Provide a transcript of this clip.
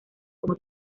como